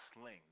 sling